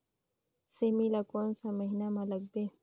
सेमी ला कोन सा महीन मां लगथे?